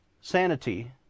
sanity